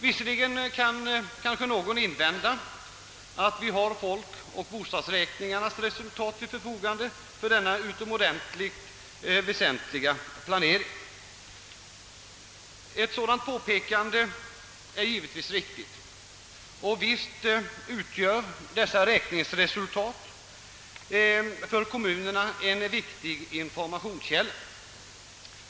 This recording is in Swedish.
Visserligen kan någon invända att kommunerna till sitt förfogande för denna utomordentligt väsentliga planering har resultaten av folkoch bostadsräkningarna. Detta påpekande är givetvis riktigt; visst utgör dessa resultat en viktig informationskälla för kommunerna.